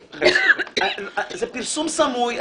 זה פרסום סמוי.